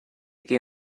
che